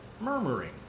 murmuring